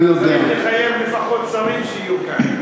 אני יודע, לפחות צריך לחייב ששרים יהיו כאן.